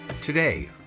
Today